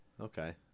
Okay